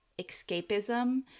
escapism